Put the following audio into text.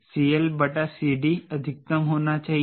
तो CLCDअधिकतम होना चाहिए